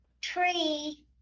Tree